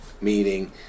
meaning